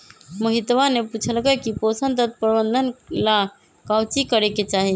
मोहितवा ने पूछल कई की पोषण तत्व प्रबंधन ला काउची करे के चाहि?